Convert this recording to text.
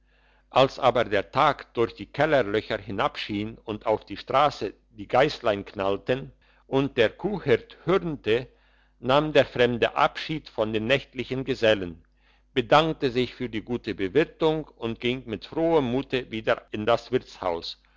als aber der tag durch die kellerlöcher hinabschien und auf der strasse die geisseln knallten und der kuhhirt hürnte nahm der fremde abschied von den nächtlichen gesellen bedankte sich für die gute bewirtung und ging mit frohem mute wieder in das wirtshaus